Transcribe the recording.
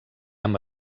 amb